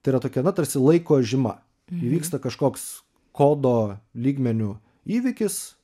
tai yra tokia na tarsi laiko žyma įvyksta kažkoks kodo lygmeniu įvykis